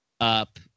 up